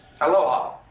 Aloha